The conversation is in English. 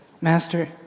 Master